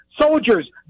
soldiers